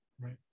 right